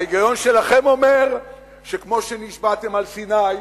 ההיגיון שלכם אומר שכמו שנשבעתם על סיני,